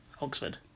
Oxford